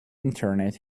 internet